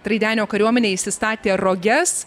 traidenio kariuomenė įsistatė roges